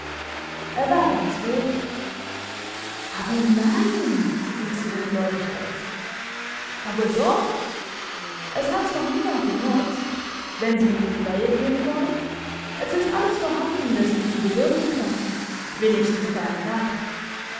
er war ganz rot aber nein rief sie ungläubig aus aber doch es hat's noch niemand benutzt wenn sie ihm die die weihe geben wollen es ist alles vorhanden dessen sie bedürfen könnten wenigstens für eine nacht